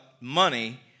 money